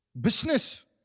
business